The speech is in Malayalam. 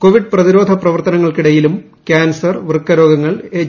കോവിഡ് പ്രതിരോധ പ്രവർത്തനങ്ങൾക്കിടയിലും ക്യാൻസർ വൃക്ക രോഗങ്ങൾ എച്ച്